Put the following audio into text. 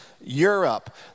Europe